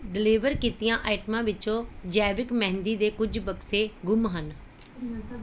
deliver ਕੀਤੀਆਂ ਆਈਟਮਾਂ ਵਿੱਚੋਂ ਜੈਵਿਕ ਮਹਿੰਦੀ ਦੇ ਕੁਝ ਬਕਸੇ ਗੁੰਮ ਹਨ